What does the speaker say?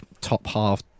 top-half